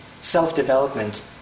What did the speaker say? self-development